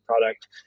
product